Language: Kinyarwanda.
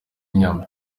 inyama